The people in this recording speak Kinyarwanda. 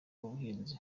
w’ubuhinzi